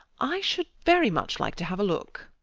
i should very much like to have a look.